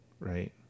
right